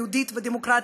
יהודית ודמוקרטית,